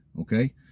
Okay